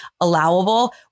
allowable